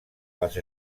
les